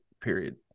Period